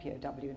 POW